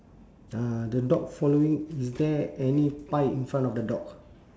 uh the dog following is there any pie in front of the dog